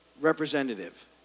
representative